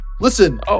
Listen